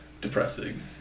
Depressing